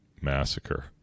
massacre